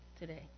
today